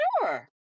sure